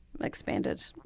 expanded